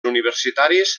universitaris